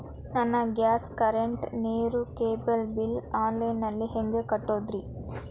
ನನ್ನ gas, current, ನೇರು, cable bill online ನಲ್ಲಿ ಹೆಂಗ್ ಕಟ್ಟೋದ್ರಿ?